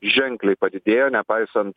ženkliai padidėjo nepaisant